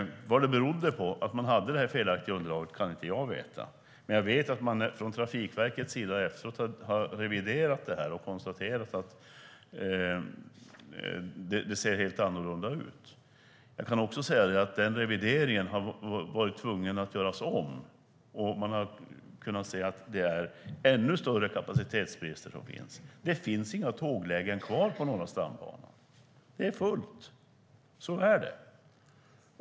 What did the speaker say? Vad det berodde på att man hade det här felaktiga underlaget kan jag inte veta, men jag vet att Trafikverket efteråt har reviderat det och konstaterat att det ser helt annorlunda ut. Jag kan också säga att man har varit tvungen att göra om revideringen. Man har kunnat se att det är ännu större kapacitetsbrister. Det finns inga tåglägen kvar på Norra stambanan. Det är fullt; så är det.